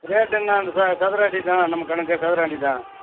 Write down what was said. rate என்ன அந்த ச சதுர அடி தான் நம்ம கணக்கு சதுர அடி தான்